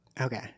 Okay